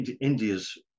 India's